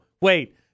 wait